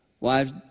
Wives